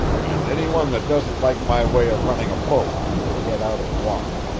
and any one that doesn't like my way of running a boat can get out and walk.